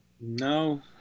No